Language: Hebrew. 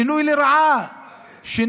שינוי לרעה.